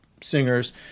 singers